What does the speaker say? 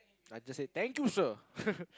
I just said thank you sir